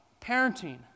parenting